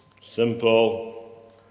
simple